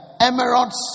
Emeralds